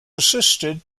assisted